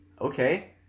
Okay